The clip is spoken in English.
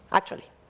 actually.